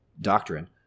doctrine